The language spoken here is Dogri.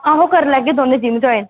आहो करी लैगे दमैं जिम ज्वाईन